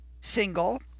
single